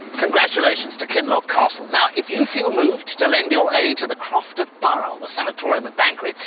congratulations to kinloch castle. now, if you feel moved to lend your aid to the croft at burra, or the sanatorium at banchory,